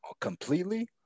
completely